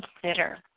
consider